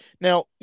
Now